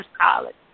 college